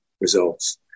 results